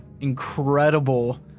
incredible